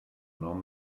nom